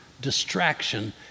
distraction